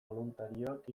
boluntariok